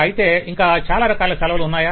అయితే ఇంకా చాలా రకాలైన సెలవలు ఉన్నాయా